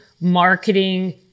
marketing